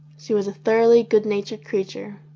she was a thoroughly good natured creature.